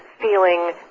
feeling